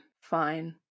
fine